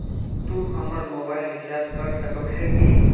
तू हमर mobile recharge कर सके होबे की?